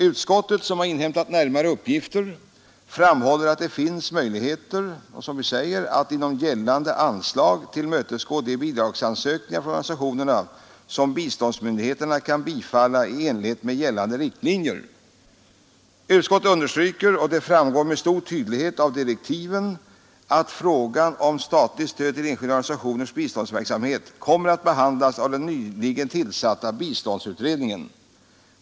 Utskottet som inhämtat närmare uppgifter framhåller att det finns möjligheter ”att inom gällande anslag tillmötesgå de bidragsansökningar från organisationerna som biståndsmyndigheterna kan bifalla i enlighet med gällande riktlinjer”. Utskottet understryker — och det framgår med stor tydlighet av direktiven — att frågan om statligt stöd till enskilda organisationers biståndsverksamhet kommer att behandlas av den nyligen tillsatta biståndsutredningen.